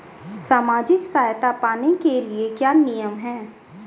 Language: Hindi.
सामाजिक सहायता पाने के लिए क्या नियम हैं?